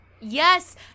Yes